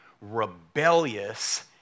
rebellious